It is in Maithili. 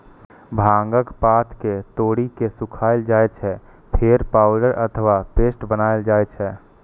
भांगक पात कें तोड़ि के सुखाएल जाइ छै, फेर पाउडर अथवा पेस्ट बनाएल जाइ छै